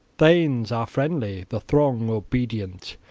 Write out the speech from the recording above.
thanes are friendly, the throng obedient,